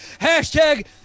Hashtag